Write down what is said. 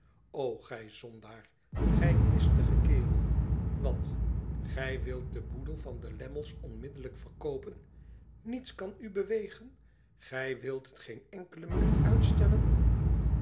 gij zondaar gij listige kerel wat gij wilt den boedel van de lammies onmiddellijk verkoopen niets kan u bewegen gij wilt het geen enkele minuut uitstellen